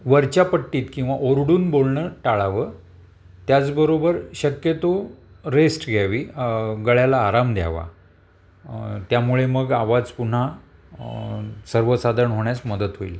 वरच्या पट्टीत किंवा ओरडून बोलणं टाळावं त्याचबरोबर शक्यतो रेस्ट घ्यावी गळयाला आराम द्यावा त्यामुळे मग आवाज पुन्हा सर्वसाधन होण्यास मदत होईल